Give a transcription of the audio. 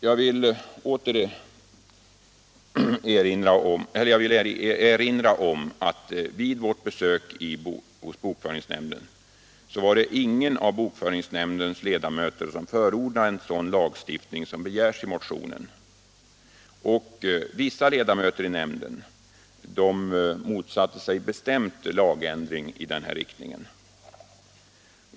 Jag vill erinra om att vid vårt besök hos bokföringsnämnden var det ingen av bokföringsnämndens ledamöter som förordade en sådan lagstiftning som begärts i motionen. Vissa ledamöter i nämnden motsatte sig bestämt lagändring i den riktningen.